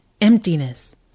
Emptiness